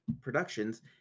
productions